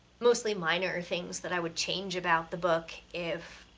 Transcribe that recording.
mostly minor things that i would change about the book if,